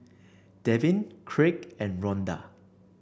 Devyn Craig and Ronda